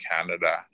Canada